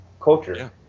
culture